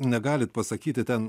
negalit pasakyti ten